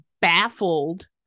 baffled